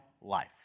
life